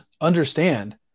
understand